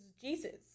Jesus